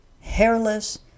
hairless